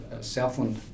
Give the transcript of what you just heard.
Southland